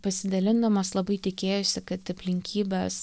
pasidalindamos labai tikėjosi kad aplinkybės